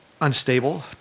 unstable